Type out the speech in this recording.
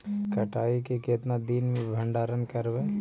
कटाई के कितना दिन मे भंडारन करबय?